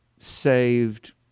saved